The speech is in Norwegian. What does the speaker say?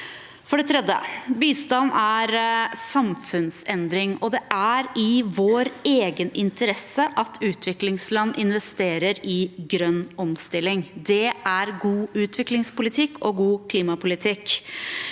For det tredje: Bistand er samfunnsendring, og det er i vår egen interesse at utviklingsland investerer i grønn omstilling. Det er god utviklingspolitikk og god klimapolitikk.